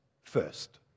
first